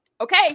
okay